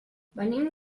venim